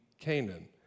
Canaan